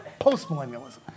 postmillennialism